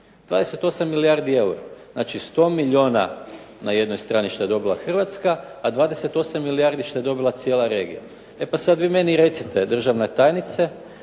28 milijardi eura. Znači 100 milijuna na jedno strani što je dobila Hrvatska, a 28 milijardi što je dobila cijela regija. E pa sada vi meni recite, da li je